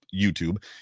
YouTube